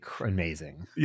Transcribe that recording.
amazing